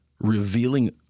revealing